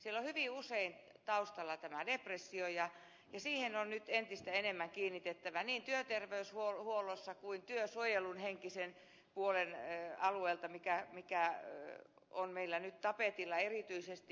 siellä on hyvin usein taustalla depressio ja siihen on nyt entistä enemmän kiinnitettävä huomiota niin työterveyshuollossa kuin työsuojelun henkisen puolen alueellakin mikä on meillä nyt tapetilla erityisesti